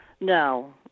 No